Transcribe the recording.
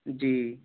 जी